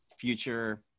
future